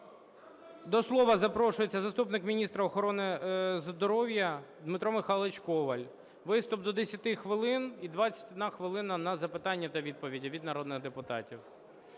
До слова запрошується заступник міністра охорони здоров'я Дмитро Михайлович Коваль. Виступ – до 10 хвилин і 21 хвилина – на запитання та відповіді від народних депутатів.